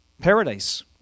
Paradise